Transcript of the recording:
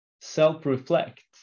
self-reflect